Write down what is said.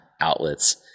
outlets